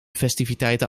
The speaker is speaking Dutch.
festiviteiten